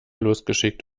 losgeschickt